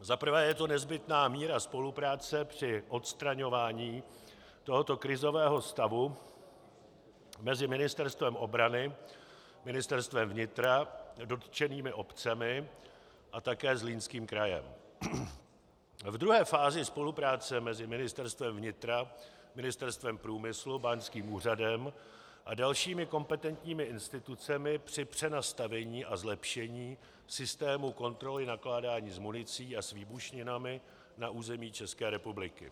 Za prvé je to nezbytná míra spolupráce při odstraňování tohoto krizového stavu mezi Ministerstvem obrany, Ministerstvem vnitra, dotčenými obcemi a také Zlínským krajem, ve druhé fázi spolupráce mezi Ministerstvem vnitra, Ministerstvem průmyslu, Báňským úřadem a dalšími kompetentními institucemi při přenastavení a zlepšení systému kontroly nakládání s municí a výbušninami na území České republiky.